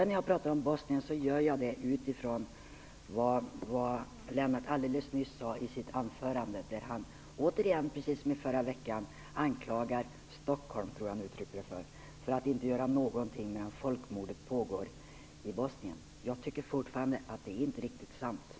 När jag pratar om Bosnien gör jag det utifrån det Lennart Rohdin alldeles nyss sade i sitt anförande, där han återigen, precis som i förra veckan, anklagar Stockholm - jag tror det var så han uttryckte det - för att inte göra någonting medan folkmordet pågår i Bosnien. Jag tycker fortfarande att det inte är riktigt sant.